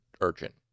Urgent